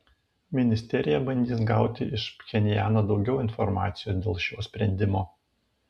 ministerija bandys gauti iš pchenjano daugiau informacijos dėl šio sprendimo